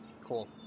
Cool